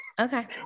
Okay